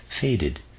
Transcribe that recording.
faded